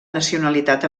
nacionalitat